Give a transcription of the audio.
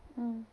mm